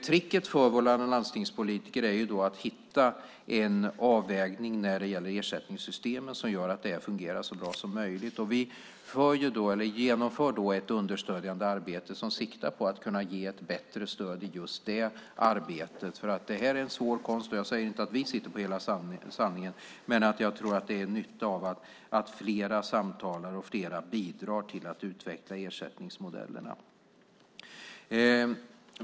Tricket för våra landstingspolitiker är att hitta en avvägning när det gäller ersättningssystemen som gör att det fungerar så bra som möjligt. Vi genomför ett understödjande arbete som siktar på att kunna ge ett bättre stöd i just det arbetet. Det här är en svår konst, och jag säger inte att vi sitter på hela sanningen, men jag tror att det är en nytta med att fler samtalar och bidrar till att utveckla ersättningsmodellerna.